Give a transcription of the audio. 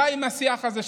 די עם השיח הזה,